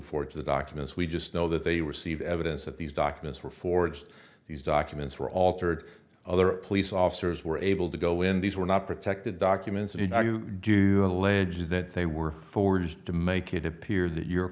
forged the documents we just know that they received evidence that these documents were forged these documents were altered other police officers were able to go in these were not protected documents and you know you do allege that they were forged to make it appear that your